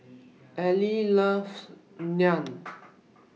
Allie loves Naan